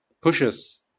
pushes